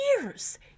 years